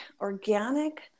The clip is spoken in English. organic